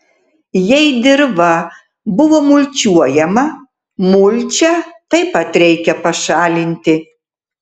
jei dirva buvo mulčiuojama mulčią taip pat reikia pašalinti